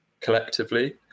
collectively